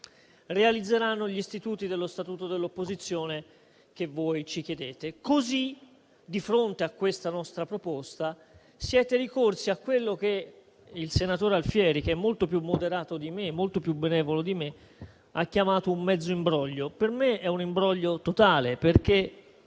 realizzeranno gli istituti dello Statuto dell'opposizione che voi ci chiedete. Così, di fronte a questa nostra proposta, siete ricorsi a quello che il senatore Alfieri, che è molto più moderato e benevolo di me, ha chiamato un mezzo imbroglio: per me è un imbroglio totale, perché